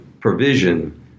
provision